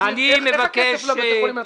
איזה כסף עובר לבתי החולים בנצרת?